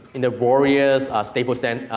in the warriors, staple center,